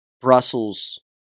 Brussels